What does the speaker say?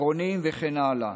עקרוניים וכן הלאה.